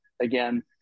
again